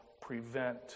prevent